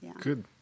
Good